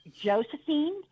Josephine